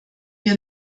wir